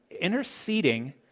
interceding